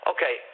Okay